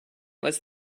was